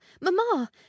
Mamma